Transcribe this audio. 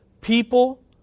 people